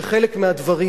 שחלק מהדברים,